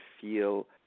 feel